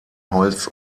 holz